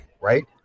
Right